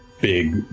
big